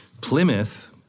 Plymouth